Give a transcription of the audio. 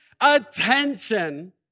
attention